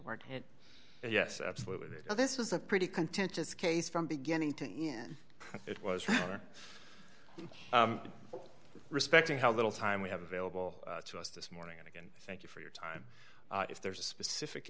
sort yes absolutely this was a pretty contentious case from beginning to it was respecting how little time we have available to us this morning and again thank you for your time if there's a specific